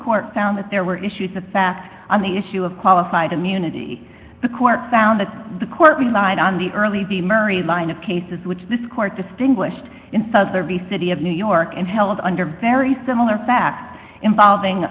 court found that there were issues the fact on the issue of qualified immunity the court found that the court relied on the early b murray line of cases which this court distinguished in southern the city of new york and held under very similar facts involving